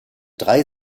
drei